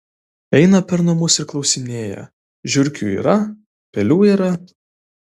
eina per namus ir klausinėja žiurkių yra pelių yra